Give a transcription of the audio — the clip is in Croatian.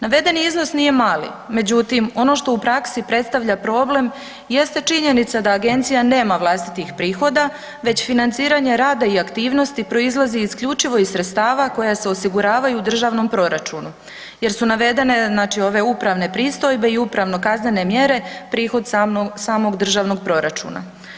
Navedeni iznos nije mali, međutim ono što u praksi predstavlja problem jeste činjenica da agencija nema vlastitih prihoda već financiranje rada i aktivnosti proizlazi isključivo iz sredstava koja se osiguravaju u državnom proračunu jer su navedene znači ove upravne pristojbe i upravno kaznene mjere, prihod samog državnog proračuna.